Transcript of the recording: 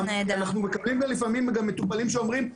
אנחנו מקבלים לפעמים גם מטופלים שאומרים,